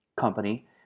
company